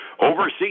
Overseas